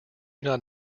not